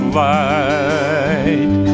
light